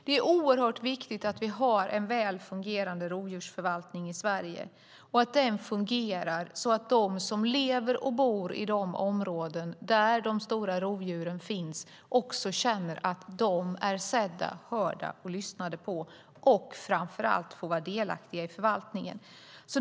Det är oerhört viktigt att vi har en väl fungerande rovdjursförvaltning i Sverige och att den fungerar så att de som lever och bor i de områden där de stora rovdjuren finns också känner att de är sedda, hörda och blir lyssnade på och att de framför allt får vara delaktiga i förvaltningen.